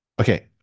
Okay